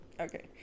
Okay